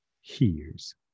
hears